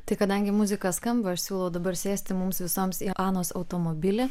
tai kadangi muzika skamba aš siūlau dabar sėsti mums visoms į anos automobilį